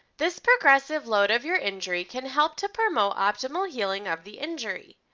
this progressive load of your injury can help to promote optimal healing of the injury.